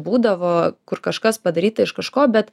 būdavo kur kažkas padaryta iš kažko bet